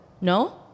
No